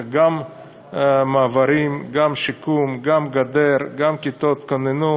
גם מעברים, גם שיקום, גם גדר, גם כיתות כוננות,